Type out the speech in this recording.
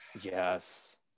yes